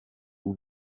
w’u